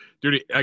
dude